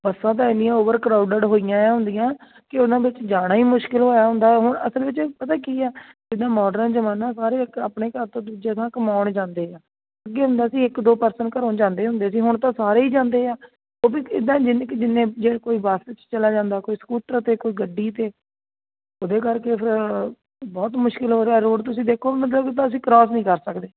ਬੱਸਾਂ ਤਾਂ ਇੰਨੀਆਂ ਓਵਰ ਕਰਾਊਡਡ ਹੋਈਆਂ ਐ ਹੁੰਦੀਆਂ ਕਿ ਉਹਨਾਂ ਵਿੱਚ ਜਾਣਾ ਹੀ ਮੁਸ਼ਕਿਲ ਹੋਇਆ ਹੁੰਦਾ ਹੁਣ ਅਸਲ ਵਿੱਚ ਪਤਾ ਕੀ ਆ ਜਿੱਦਾਂ ਮੋਡਰਨ ਜ਼ਮਾਨਾ ਸਾਰੇ ਇੱਕ ਆਪਣੇ ਘਰ ਤੋਂ ਘਰ ਦੂਜੇ ਥਾਂ ਕਮਾਉਣ ਜਾਂਦੇ ਆ ਅੱਗੇ ਹੁੰਦਾ ਸੀ ਇੱਕ ਦੋ ਪਰਸਨ ਘਰੋਂ ਜਾਂਦੇ ਹੁੰਦੇ ਸੀ ਹੁਣ ਤਾਂ ਸਾਰੇ ਹੀ ਜਾਂਦੇ ਆ ਉਹ ਵੀ ਇੱਦਾਂ ਜਿੰਨਾ ਕੁ ਜਿੰਨੇ ਜੇ ਕੋਈ ਬਸ 'ਚ ਚਲਾ ਜਾਂਦਾ ਕੋਈ ਸਕੂਟਰ 'ਤੇ ਕੋਈ ਗੱਡੀ 'ਤੇ ਉਹਦੇ ਕਰਕੇ ਫਿਰ ਬਹੁਤ ਮੁਸ਼ਕਿਲ ਹੋ ਰਿਹਾ ਰੋਡ ਤੁਸੀਂ ਦੇਖੋ ਮਤਲਬ ਤਾਂ ਅਸੀਂ ਕਰੋਸ ਨਹੀਂ ਕਰ ਸਕਦੇ